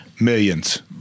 Millions